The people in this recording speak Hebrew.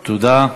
תודה.